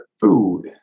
food